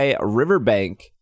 Riverbank